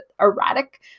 erratic